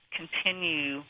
continue